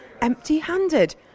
empty-handed